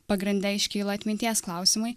pagrinde iškyla atminties klausimai